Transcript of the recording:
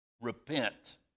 repent